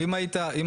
עוד פעם, אם היית .